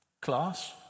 class